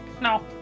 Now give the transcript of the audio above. No